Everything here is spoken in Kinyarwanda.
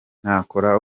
ntakora